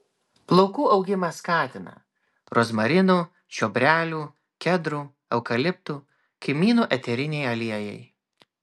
plaukų augimą skatina rozmarinų čiobrelių kedrų eukaliptų kmynų eteriniai aliejai